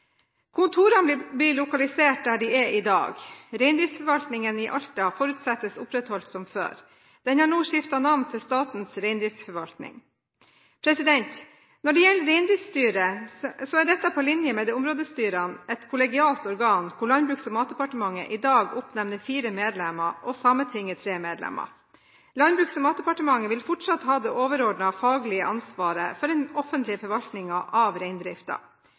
Kontorene blir lokalisert der de er i dag. Reindriftsforvaltningen i Alta forutsettes opprettholdt som før. Den har nå skiftet navn til Statens reindriftsforvaltning. Når det gjelder Reindriftsstyret, er dette på linje med områdestyrene et kollegialt organ hvor Landbruks- og matdepartementet i dag oppnevner fire medlemmer og Sametinget tre medlemmer. Landbruks- og matdepartementet vil fortsatt ha det overordnede faglige ansvaret for den offentlige forvaltningen av